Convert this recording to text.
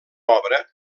obra